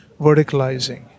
verticalizing